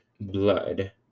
blood